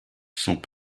sont